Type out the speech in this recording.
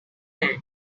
man